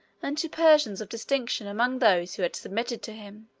and to persians of distinction among those who had submitted to him.